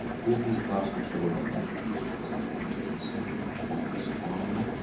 three-piece collapsible shovel by landon industries easy to assemble amazingly strong.